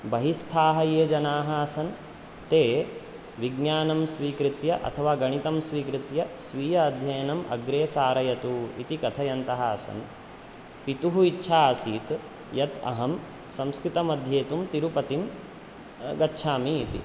बहिस्थाः ये जनाः आसन् ते विज्ञानं स्वीकृत्य अथवा गणितं स्वीकृत्य स्वीय अध्ययनम् अग्रे सारयतु इति कथयन्तः आसन् पितुः इच्छा आसीत् यत् अहं संस्कृतमध्येतुं तिरुपतिं गच्छामि इति